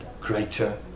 greater